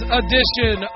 edition